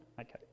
Okay